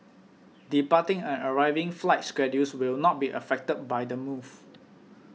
departing and arriving flight schedules will not be affected by the move